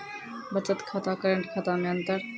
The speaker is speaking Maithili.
बचत खाता करेंट खाता मे अंतर?